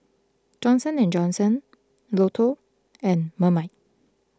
Johnson and Johnson Lotto and Marmite